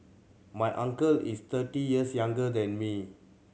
my uncle is thirty years younger than me